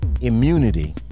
immunity